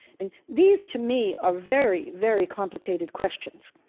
and these to me are very, very complicated questions.